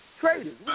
Traders